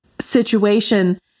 situation